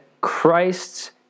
Christ's